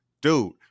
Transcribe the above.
Dude